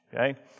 okay